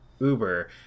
uber